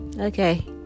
Okay